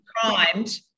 primed